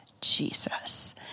Jesus